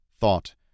thought